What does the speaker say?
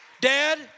Dad